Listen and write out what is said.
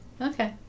Okay